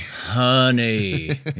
honey